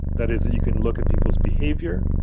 that is you can look at people's behaviour,